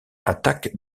attaque